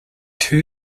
two